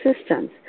systems